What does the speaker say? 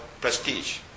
prestige